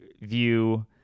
view